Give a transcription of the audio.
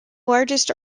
largest